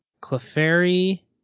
Clefairy